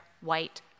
white